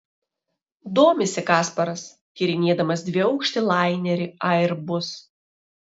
domisi kasparas tyrinėdamas dviaukštį lainerį airbus